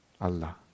Allah